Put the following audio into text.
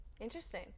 Interesting